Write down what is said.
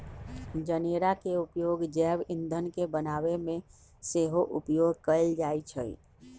जनेरा के उपयोग जैव ईंधन के बनाबे में सेहो उपयोग कएल जाइ छइ